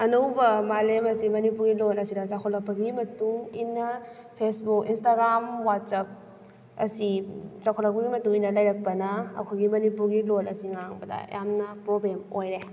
ꯑꯅꯧꯕ ꯃꯥꯂꯦꯝ ꯑꯁꯤ ꯃꯅꯤꯄꯨꯔꯤ ꯂꯣꯟ ꯑꯁꯤꯗ ꯆꯥꯎꯈꯠꯂꯛꯄꯒꯤ ꯃꯇꯨꯡ ꯏꯟꯅ ꯐꯦꯁꯕꯨꯛ ꯏꯟꯁꯇꯥꯒ꯭ꯔꯥꯝ ꯋꯥꯠꯁꯆꯞ ꯑꯁꯤ ꯆꯥꯎꯈꯠꯂꯛꯄꯒꯤ ꯃꯇꯨꯡ ꯏꯟꯅ ꯂꯩꯔꯛꯄꯅ ꯑꯩꯈꯣꯏꯒꯤ ꯃꯅꯤꯄꯨꯔꯤ ꯂꯣꯟ ꯑꯁꯤ ꯉꯥꯡꯕꯗ ꯌꯥꯝꯅ ꯄ꯭ꯔꯣꯕ꯭ꯂꯦꯝ ꯑꯣꯏꯔꯦ